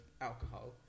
alcohol